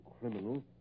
criminal